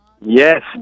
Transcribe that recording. Yes